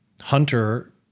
Hunter